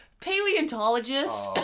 paleontologist